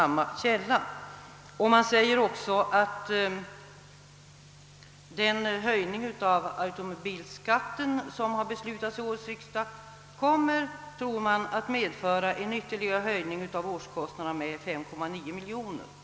Man säger också att den höjning av bilskatten, som beslutats vid årets riksdag, kommer att medföra en ytterligare höjning av årskostnaderna med 5,9 miljoner kronor.